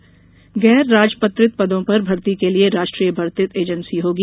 गैर राजपत्रित पदों पर भर्ती के लिये राष्ट्रीय भर्ती एजेंसी होगी